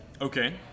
Okay